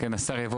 השר יבוא,